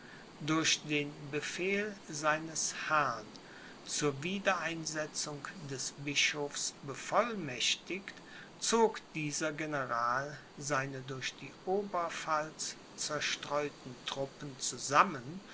durch den befehl seines herrn zur wiedereinsetzung des bischofs bevollmächtigt zog dieser general seine durch die oberpfalz zerstreuten truppen zusammen